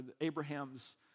Abraham's